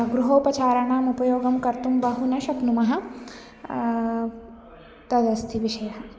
गृहोपचाराणाम् उपयोगं कर्तुं बहु न शक्नुमः तदस्ति विषयः